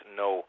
no